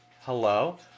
Hello